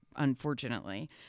unfortunately